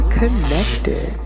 connected